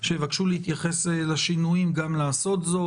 שיבקשו להתייחס לשינויים גם לעשות זאת.